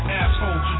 asshole